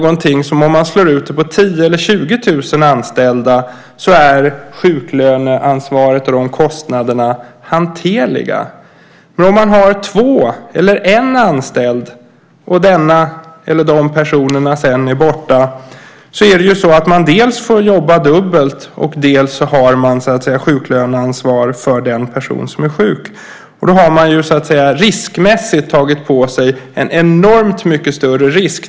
Om man slår ut det på 10 000 eller 20 000 anställda är sjuklönekostnaderna hanterliga. Men om man har en eller två anställda och de personerna är borta får man dels jobba dubbelt, dels ta sjuklöneansvaret för de personer som är sjuka. Då har man tagit på sig en enormt mycket större risk.